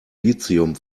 lithium